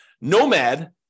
Nomad